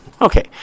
okay